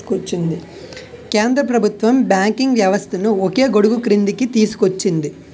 కేంద్ర ప్రభుత్వం బ్యాంకింగ్ వ్యవస్థను ఒకే గొడుగుక్రిందికి తీసుకొచ్చింది